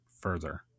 further